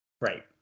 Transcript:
Right